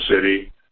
City